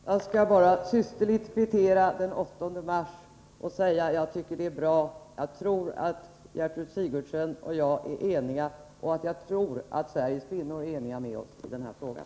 Herr talman! Jag skall denna dag, den 8 mars, bara systerligt kvittera med att säga att jag tycker att detta är bra. Jag tror att Gertrud Sigurdsen och jag är eniga och även att Sveriges kvinnor är eniga med oss i den här frågan.